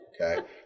Okay